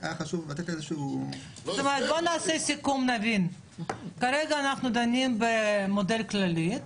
היה חשוב לתת איזשהו --- בוא נסכם ונבין: כרגע אנחנו דנים במודל כללי.